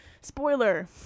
Spoiler